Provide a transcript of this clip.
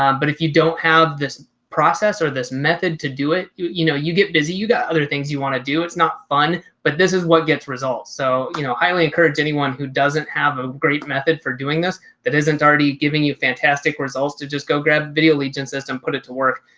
um but if you don't have this process or this method to do it, you you know, you get busy, you got other things you want to do, it's not fun, but this is what gets results. so you know, highly encourage anyone who doesn't have a great method for doing this that isn't already giving you fantastic results to just go grab video legion system put it to work.